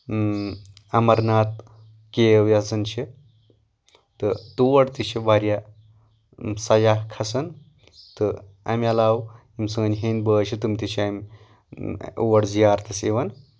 امرناتھ کیو یۄس زَن چھِ تہٕ تور تہِ چھِ واریاہ سَیاہ کھسان تہٕ اَمہِ علاوٕ یِم سٲنۍ ہیٚنٛدۍ بٲے چھِ تٔمۍ تہِ چھِ اور زِیارَتس یِوان